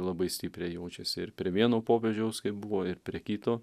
labai stipriai jaučiasi ir prie vieno popiežiaus kaip buvo ir prie kito